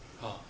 ah